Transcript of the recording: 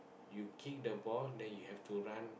you kick the ball then you have to run